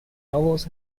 novels